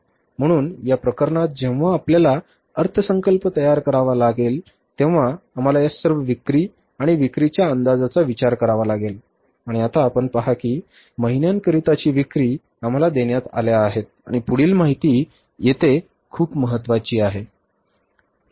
म्हणून या प्रकरणात जेव्हा आपल्याला अर्थसंकल्प तयार करावा लागतो तेव्हा आम्हाला या सर्व विक्री आणि विक्रीच्या अंदाजांचा विचार करावा लागेल आणि आता आपण पहा की महिन्यांकरिताची विक्री आम्हाला देण्यात आल्या आहेत आणि पुढील माहिती येथे खूप महत्वाची आहे